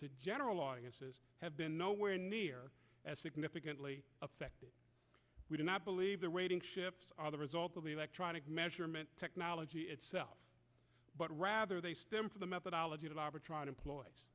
to general audiences have been nowhere near as significantly affected we do not believe the rating shifts are the result of the electronic measurement technology itself but rather they stem from the methodology that arbitron employe